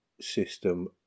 system